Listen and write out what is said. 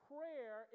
Prayer